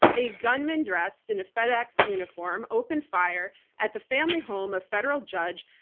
a gunman dressed in a fedex uniform opened fire at the family home of federal judge,